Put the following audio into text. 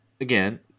again